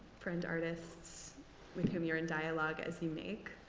friend artists with whom you're in dialogue as you make.